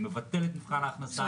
אני מבטל את מבחן ההכנסה,